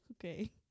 Okay